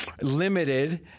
limited